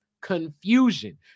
confusion